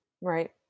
Right